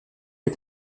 les